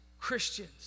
Christians